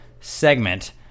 segment